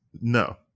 no